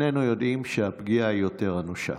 שנינו יודעים שהפגיעה היא יותר אנושה.